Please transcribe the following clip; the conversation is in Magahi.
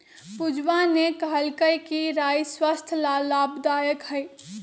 पूजवा ने कहल कई कि राई स्वस्थ्य ला लाभदायक हई